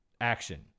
action